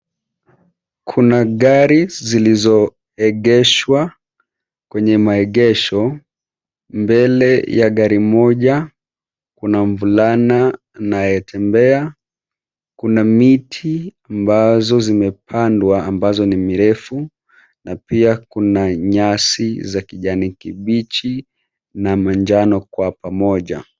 Kuna gari zilizoegeshwa kwenye maegesho. Mbele ya gari moja kuna mvulana anayetembea. Kuna miti ambazo zimepandwa ambazo ni mirefu na pia kuna nyasi za kijani kibichi na manjano kwa pamoja.